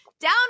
Down